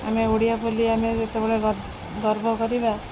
ଆମେ ଓଡ଼ିଆ ବୋଲି ଆମେ ଯେତେବେଳେ ଗର୍ବ କରିବା